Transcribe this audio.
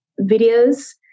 videos